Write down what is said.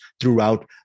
throughout